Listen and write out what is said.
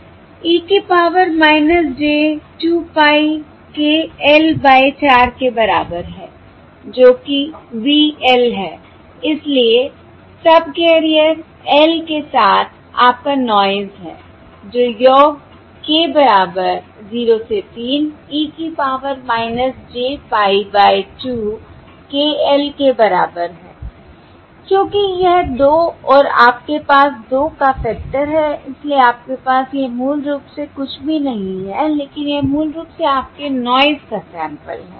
e की power j 2 pie k l by 4 के बराबर है जोकि v l है इसलिए सबकैरियर l के साथ आपका नॉयस है जो योग k बराबर 0 से 3 e की power j pie by 2 k l के बराबर है क्योंकि यह 2 और आपके पास 2 का फ़ैक्टर है इसलिए आपके पास यह मूल रूप से कुछ भी नहीं है लेकिन यह मूल रूप से आपके नॉयस का सैंपल है